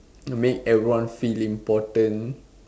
make everyone feel important